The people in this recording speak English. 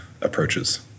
approaches